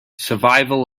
survival